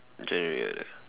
January